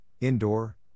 indoor